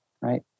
right